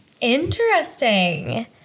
Interesting